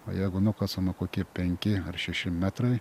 o jeigu nukasama kokie penki ar šeši metrai